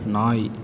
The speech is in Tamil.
நாய்